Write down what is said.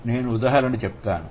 నేను ఉదాహరణ చెప్తాను